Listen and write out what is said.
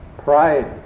Pride